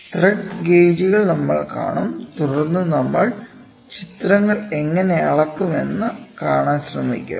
thread ഗേജുകൾ നമ്മൾ കാണും തുടർന്ന് നമ്മൾ ചിത്രങ്ങൾ എങ്ങനെ അളക്കും എന്ന് കാണാൻ ശ്രമിക്കും